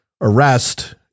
arrest